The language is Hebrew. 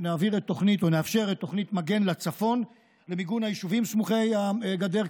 נאפשר את תוכנית מגן בצפון למיגון היישובים סמוכי הגדר,